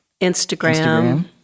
Instagram